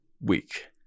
week